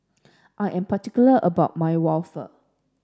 I am particular about my waffle